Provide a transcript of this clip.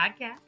Podcast